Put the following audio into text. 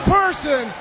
person